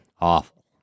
Awful